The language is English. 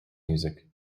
music